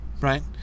right